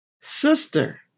sister